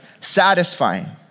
satisfying